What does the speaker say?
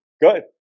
Good